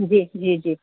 جی جی جی